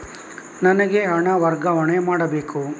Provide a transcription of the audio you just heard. ನನಗೆ ಹಣ ವರ್ಗಾವಣೆ ಮಾಡಬೇಕು